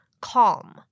Calm